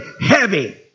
heavy